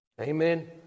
Amen